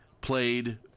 played